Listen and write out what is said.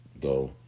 go